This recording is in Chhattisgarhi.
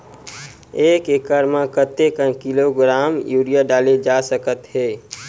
एक एकड़ म कतेक किलोग्राम यूरिया डाले जा सकत हे?